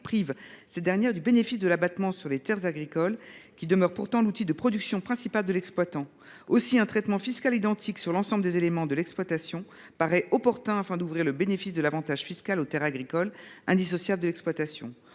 prive les transmissions du bénéfice de l’abattement sur les terres agricoles, qui demeurent pourtant l’outil de production principal de l’exploitant. Aussi, un traitement fiscal identique de l’ensemble des éléments de l’exploitation paraît opportun afin d’ouvrir le bénéfice de l’avantage fiscal aux terres agricoles, indissociables de l’exploitation.